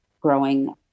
growing